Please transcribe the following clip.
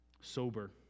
sober